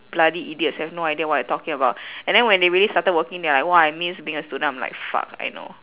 bloody idiots have no idea what they talking about and then when they really started working they're like !wah! I miss being a student I'm like fuck I know